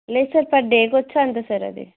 లేదు సార్ పర్డేకి వచ్చి అంతే సార్ అది